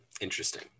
interesting